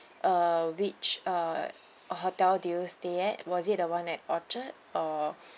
uh which uh uh hotel do you stayed at was it the one at orchard or